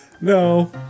no